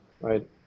right